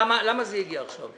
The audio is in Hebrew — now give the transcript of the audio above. למה זה הגיע עכשיו?